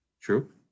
True